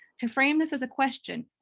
to frame this as a question,